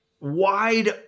wide